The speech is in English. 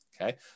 Okay